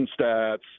stats